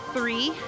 Three